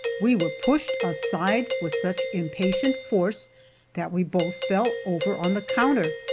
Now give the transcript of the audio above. we were pushed aside with such impatient force that we both fell over on the counter.